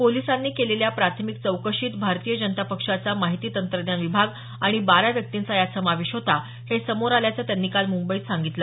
पोलिसांनी केलेल्या प्राथमिक चौकशीत भारतीय जनता पक्षाचा माहिती तंत्रज्ञान विभाग आणि बारा व्यक्तींचा यात समावेश होता हे समोर आल्याचं त्यांनी काल मुंबईत सांगितलं